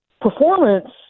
performance